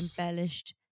embellished